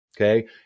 Okay